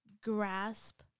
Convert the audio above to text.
grasp